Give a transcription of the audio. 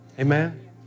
Amen